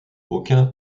aucun